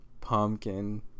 pumpkin